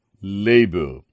labor